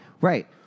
Right